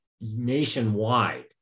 nationwide